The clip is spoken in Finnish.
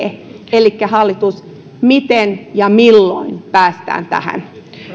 elikkä hallitus miten ja milloin päästään tähän